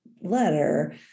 letter